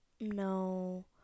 No